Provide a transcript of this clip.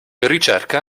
ricerca